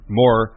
more